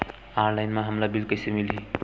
Online म हमला bill कइसे मिलही?